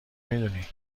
میدونی